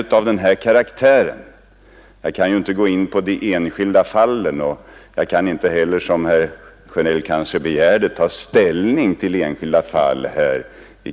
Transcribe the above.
Jag kan här i kammaren inte gå in på och, som herr Sjönell kanske begärde, ta ställning till enskilda fall.